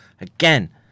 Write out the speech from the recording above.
Again